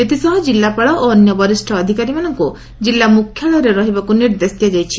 ଏଥିସହ ଜିଲ୍ଲାପାଳ ଓ ଅନ୍ୟ ବରିଷ୍ଷ ଅଧିକାରୀମାନଙ୍କୁ ଜିଲ୍ଲା ମୁଖ୍ୟାଳୟରେ ରହିବାକୁ ନିର୍ଦ୍ଦେଶ ଦିଆଯାଇଛି